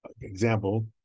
example